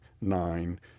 nine